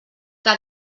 que